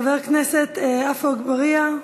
חבר הכנסת עפו אגבאריה,